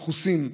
דחוסים,